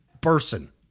person